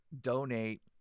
donate